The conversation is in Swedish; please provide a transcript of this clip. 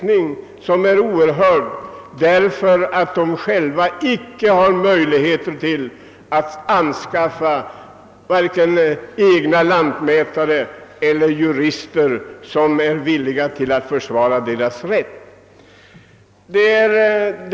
Människorna som bor där kan inte av ekonomiska skäl anskaffa vare sig egna lantmätare eller jurister som är villiga att försvara deras rättigheter.